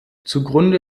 zugrunde